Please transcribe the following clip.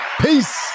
Peace